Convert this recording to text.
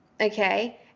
Okay